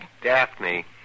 Daphne